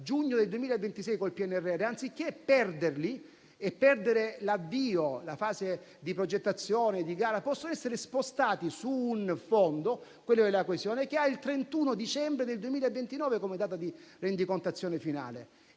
giugno 2026 con il PNRR, anziché perderne l'avvio, la fase di progettazione e di gara, possono essere spostati su un fondo, quello della coesione, che ha il 31 dicembre 2029 come data di rendicontazione finale.